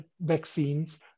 vaccines